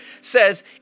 says